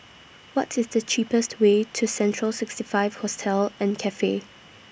What IS The cheapest Way to Central sixty five Hostel and Cafe